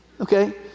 Okay